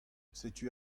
setu